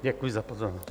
Děkuji za pozornost.